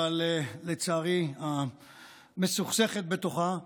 אבל לצערי המסוכסכת בתוכה.